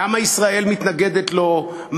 למה ישראל מתנגדת לו,